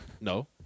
No